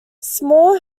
small